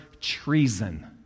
treason